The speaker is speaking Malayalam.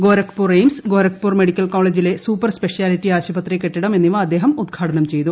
ഗൊരഖ്പൂർ എയിംസ് ഗൊരഖ്പൂർ മെഡിക്കൽകോളേജിലെ സൂപ്പർ സ്പെഷ്യാലിറ്റി ആശുപത്രി കെട്ടിടം എന്നിവ അദ്ദേഹം ഉദ്ഘാടനം ചെയ്തു